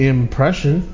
Impression